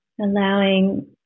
Allowing